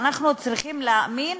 ואנחנו צריכים להאמין